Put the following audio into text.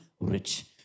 rich